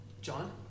John